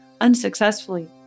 unsuccessfully